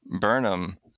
Burnham